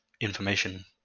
information